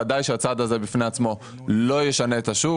ודאי שהצעד הזה, בפני עצמו, לא ישנה את השוק.